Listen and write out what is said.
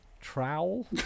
trowel